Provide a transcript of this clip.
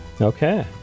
Okay